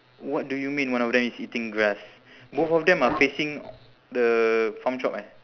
what do you mean one of them is eating grass both of them are facing the farm shop eh